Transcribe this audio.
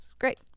great